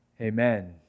amen